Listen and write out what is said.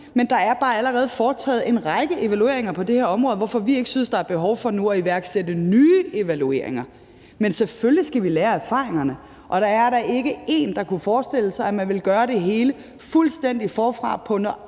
Men der er bare allerede foretaget en række evalueringer på det her område, hvorfor vi ikke synes, der er behov for nu at iværksætte nye evalueringer. Men selvfølgelig skal vi lære af erfaringerne. Og der er da ikke én, der kunne forestille sig, at man ville gøre det hele fuldstændig forfra på nøjagtig